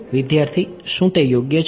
વિદ્યાર્થી શું તે યોગ્ય છે